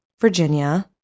Virginia